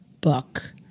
book